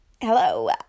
Hello